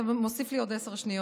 אתה מוסיף לי עוד עשר שניות.